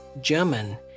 German